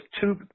two